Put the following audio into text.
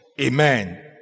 Amen